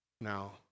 now